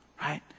right